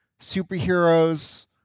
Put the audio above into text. superheroes